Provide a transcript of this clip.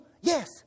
Yes